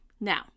Now